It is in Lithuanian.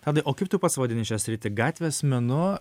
tadai o kaip tu pats vadini šią sritį gatvės menu